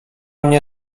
mnie